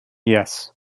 yes